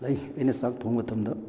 ꯂꯩ ꯑꯩꯅ ꯆꯥꯛ ꯊꯣꯡꯕ ꯃꯇꯝꯗ